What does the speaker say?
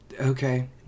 okay